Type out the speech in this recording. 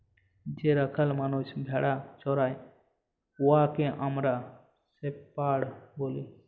যে রাখাল মালুস ভেড়া চরাই উয়াকে আমরা শেপাড় ব্যলি